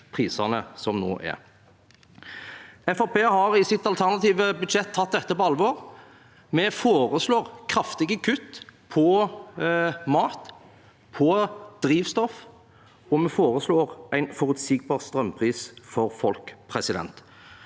har i sitt alternative budsjett tatt dette på alvor. Vi foreslår kraftige kutt på mat og drivstoff, og vi foreslår en forutsigbar strømpris for folk.